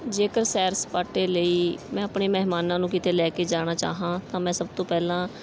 ਜੇਕਰ ਸੈਰ ਸਪਾਟੇ ਲਈ ਮੈਂ ਆਪਣੇ ਮਹਿਮਾਨਾਂ ਨੂੰ ਕਿਤੇ ਲੈ ਕੇ ਜਾਣਾ ਚਾਹਾਂ ਤਾਂ ਮੈਂ ਸਭ ਤੋਂ ਪਹਿਲਾਂ